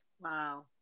Wow